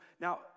Now